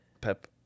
Pep